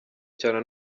cyane